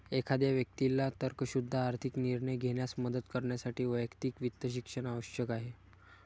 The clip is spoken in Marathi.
एखाद्या व्यक्तीला तर्कशुद्ध आर्थिक निर्णय घेण्यास मदत करण्यासाठी वैयक्तिक वित्त शिक्षण आवश्यक आहे